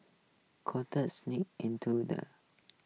cockroaches into the